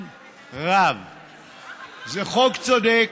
אני חושב שבסופו של דבר מה שמונח פה על הפרק זה הצעה צודקת,